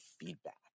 feedback